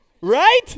right